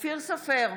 אופיר סופר,